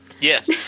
Yes